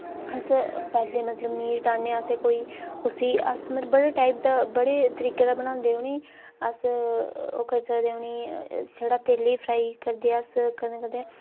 अस पैह्ले मतलब मीट आह्नेआ असें कोई उसी अस मतलब बड़े टाइप दा बड़े तरीके दा बनांदे उ'नेई अस ओह् करी सकदे उ'नेई छड़ा तेलै फ्राई करदे अस कदें कदें